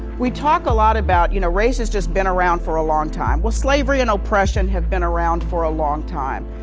we talk a lot about, you know, race has just been around for a long time. slavery and oppression have been around for a long time.